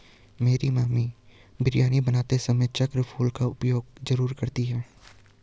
मेरी मम्मी बिरयानी बनाते समय चक्र फूल का उपयोग जरूर करती हैं